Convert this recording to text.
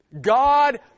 God